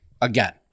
again